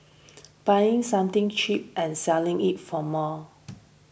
buying something cheaper and selling it for more